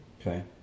Okay